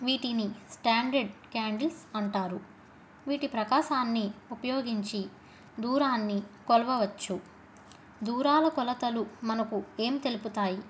వీటిని standard candles అంటారు వీటి ప్రకాశాన్ని ఉపయోగించి దూరాన్ని కొలవవచ్చు దూరాల కొలతలు మనకు ఏం తెలుపుతాయి